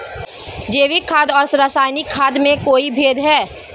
जैविक खाद और रासायनिक खाद में कोई भेद है?